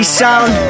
sound